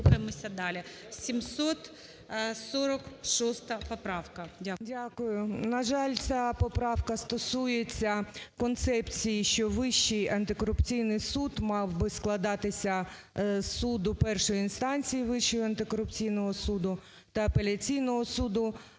Дякую. На жаль, ця поправка стосується концепції, що Вищий антикорупційний суд мав би складатися з суду першої інстанції Вищого антикорупційного суду та апеляційного суду